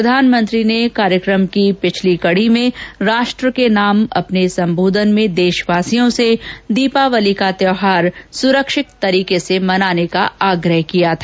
प्रधानमंत्री ने कार्यक्रम की पिछली कड़ी में राष्ट्र के नाम अपने सम्बोधन में देशवासियों से दीपावली का त्यौहार सुरक्षित तरीके से मनाने का आग्रह किया था